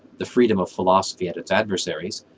the freedom of philosophy and its adversaries,